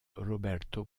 roberto